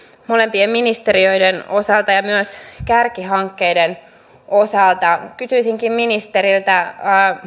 molempien ministeriöiden osalta ja myös kärkihankkeiden osalta kysyisinkin ministeriltä